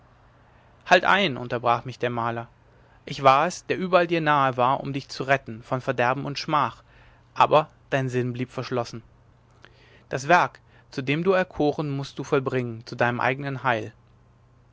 halt ein unterbrach mich der maler ich war es der überall dir nahe war um dich zu retten von verderben und schmach aber dein sinn blieb verschlossen das werk zu dem du erkoren mußt du vollbringen zu deinem eignen heil